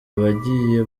abagiye